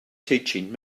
teaching